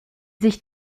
sich